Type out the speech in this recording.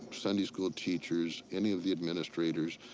sunday school teachers, any of the administrators,